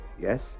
Yes